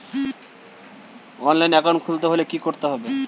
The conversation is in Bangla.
অনলাইনে একাউন্ট খুলতে হলে কি করতে হবে?